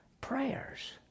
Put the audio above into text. prayers